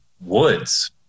Woods